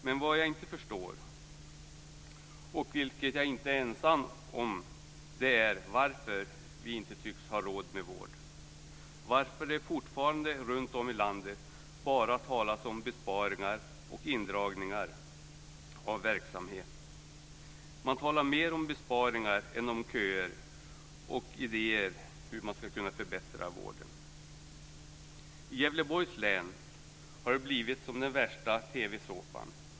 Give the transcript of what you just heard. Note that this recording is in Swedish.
Men vad jag inte förstår, vilket jag inte är ensam om, är varför vi inte tycks ha råd med vård. Varför talas det fortfarande runtom i landet bara om besparingar och indragningar av verksamhet. Man talar mer om besparingar än om köer och idéer om hur man ska kunna förbättra vården. I Gävleborgs län har det blivit som den värsta TV-såpan.